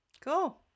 cool